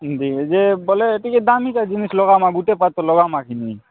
ଦିଏ ଯେ ବଲେ ଟିକେ ଦାମିକା ଜିନିଷ ଲଗାମା ଗୁଟେ ପାର୍ଟ ତ ଲଗାମା କି ନାଇଁ